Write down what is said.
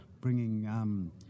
bringing